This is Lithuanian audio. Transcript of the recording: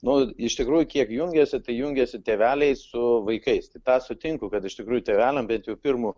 nu iš tikrųjų kiek jungiasi tai jungiasi tėveliai su vaikais tai tą sutinku kad iš tikrųjų tėveliam bet jau pirmu